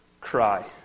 cry